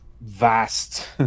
vast